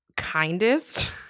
Kindest